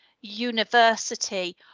university